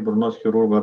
burnos chirurgo darbas